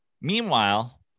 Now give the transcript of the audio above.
Meanwhile